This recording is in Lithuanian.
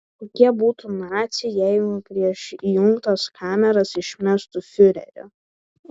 kokie būtų naciai jeigu prieš įjungtas kameras išmestų fiurerį